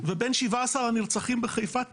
ובין 17 הנרצחים בחיפה,